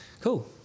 cool